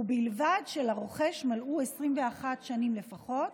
ובלבד שלרוכש מלאו 21 שנים לפחות,